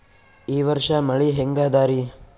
ಈ ವರ್ಷ ಮಳಿ ಹೆಂಗ ಅದಾರಿ?